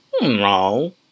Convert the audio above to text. No